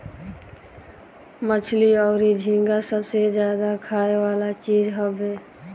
मछली अउरी झींगा सबसे ज्यादा खाए वाला चीज हवे